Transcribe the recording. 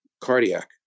cardiac